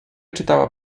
czytała